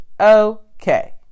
okay